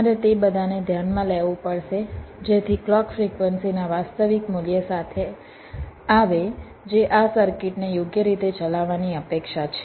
તમારે તે બધાને ધ્યાનમાં લેવું પડશે જેથી ક્લૉક ફ્રિક્વન્સીના વાસ્તવિક મૂલ્ય સાથે આવે જે આ સર્કિટને યોગ્ય રીતે ચલાવવાની અપેક્ષા છે